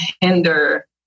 hinder